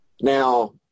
Now